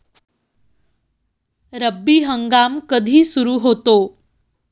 रब्बी हंगाम कधी सुरू होतो?